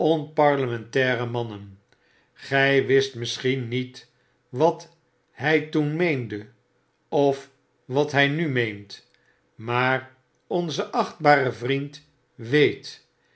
onparlementaire mannen gij wist misschien niet wat hy toen meende of wat hy nu meent maar onze achtbare vriend weet